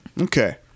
okay